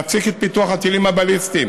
להפסיק את פיתוח הטילים הבליסטיים